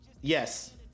Yes